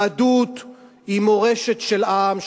יהדות היא מורשת של עם,